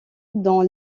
dans